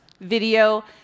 video